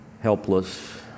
helpless